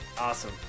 Awesome